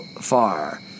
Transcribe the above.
far